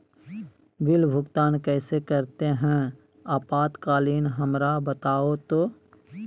Bill भुगतान कैसे करते हैं आपातकालीन हमरा बताओ तो?